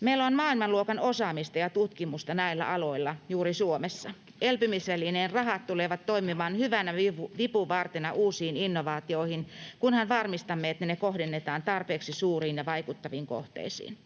Meillä on maailmanluokan osaamista ja tutkimusta näillä aloilla juuri Suomessa. Elpymisvälineen rahat tulevat toimimaan hyvänä vipuvartena uusiin innovaatioihin, kunhan varmistamme, että ne kohdennetaan tarpeeksi suuriin ja vaikuttaviin kohteisiin.